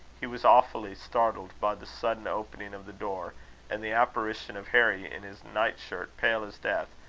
he was awfully startled by the sudden opening of the door and the apparition of harry in his nightshirt, pale as death,